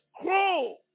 cruel